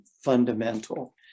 fundamental